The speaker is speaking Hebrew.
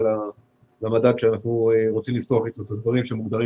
למדד שאנחנו רוצים לפתוח אתו את הדברים שמוגדרים